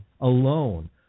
alone